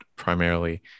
Primarily